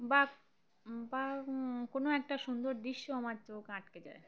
বা বা কোনো একটা সুন্দর দৃশ্য আমার চোখ আটকে যায়